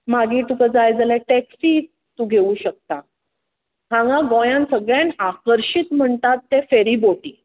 मागीर तुका जाय जाल्यार टॅक्सी तूं घेवूंक शकता हांगा गोंयान सगळ्यान आकर्शीत म्हणटात ते फेरीबोटी